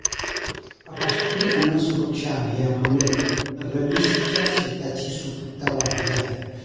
राष्ट्रीय अन्न सुरक्षा अभियानामुळे रवीशच्या शेताची सुपीकता वाढली आहे